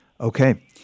Okay